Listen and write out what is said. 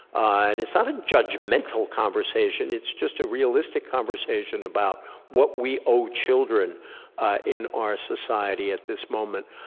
and it's not a judgmental conversation it's just a realistic conversation about what we owe children in our society at this moment,